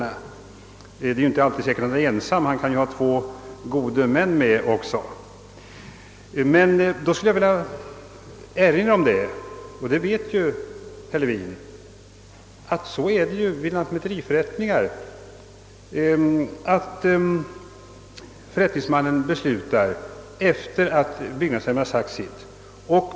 För det första är det inte säkert att han alltid är ensam; han kan ha två gode män med sig. För det andra vill jag erinra om att förrättningsmannen — som herr Levin vet — vid lantmäteriförrättningar beslutar först sedan byggnadsnämnden sagt sitt.